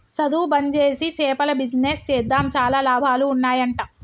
సధువు బంజేసి చేపల బిజినెస్ చేద్దాం చాలా లాభాలు ఉన్నాయ్ అంట